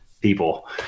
people